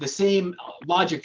the same logic